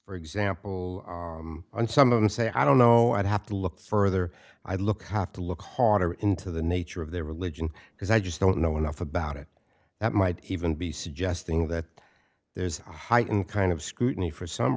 for example and some of them say i don't know i'd have to look further i look have to look harder into the nature of their religion because i just don't know enough about it that might even be suggesting that there's a heightened kind of scrutiny for some